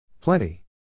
Plenty